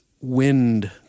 wind